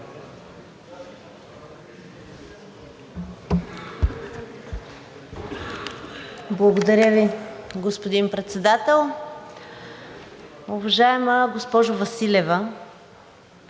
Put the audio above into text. Благодаря Ви, господин Председател. Уважаема госпожо Василева,